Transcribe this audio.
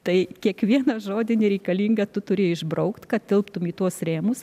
tai kiekvieną žodį nereikalingą tu turi išbraukt kad tilptum į tuos rėmus